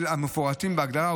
של אחד המפורטים בהגדרה,